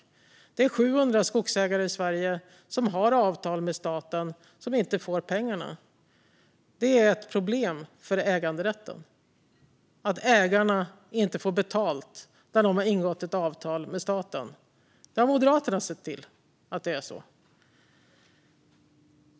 Det är 700 skogsägare i Sverige som har avtal med staten men inte får pengarna. Det är ett problem för äganderätten att ägarna inte får betalt när de har ingått ett avtal med staten. Moderaterna har sett till att det är så.